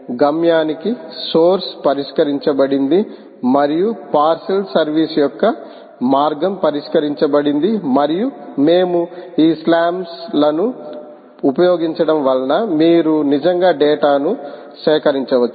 గమ్యానికి సోర్స్ పరిష్కరించబడింది మరియు పార్శిల్ సర్వీస్ యొక్క మార్గం పరిష్కరించబడింది మరియు మేము ఈ స్లామ్ లను ఉపయోగించడం వలన మీరు నిజంగా డేటాను సేకరించవచ్చు